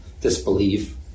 disbelief